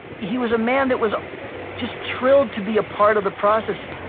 he was a man that was just thrilled to be a part of the process